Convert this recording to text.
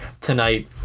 tonight